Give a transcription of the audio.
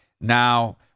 now